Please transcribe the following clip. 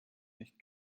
nicht